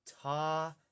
Ta